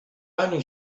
only